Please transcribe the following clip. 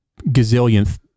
gazillionth